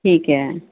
ਠੀਕ ਹੈ